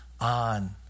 on